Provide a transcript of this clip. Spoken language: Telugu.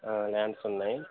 ఆ లాండ్స్ ఉన్నాయి